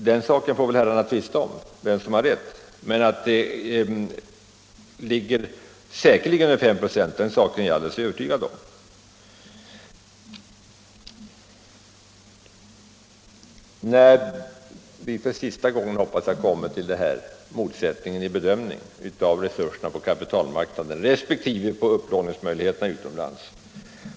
Herrarna får väl tvista om vem som har rätt, men att andelen ligger över 5 96 är jag alldeles övertygad om. Jag återkommer, som jag hoppas för sista gången, till motsättningen i bedömningen av resurserna på kapitalmarknaden respektive upplåningsmöjligheterna utomlands.